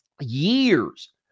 Years